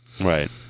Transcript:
Right